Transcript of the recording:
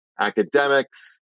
academics